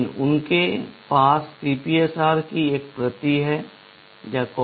उनके पास CPSR की एक प्रति होगी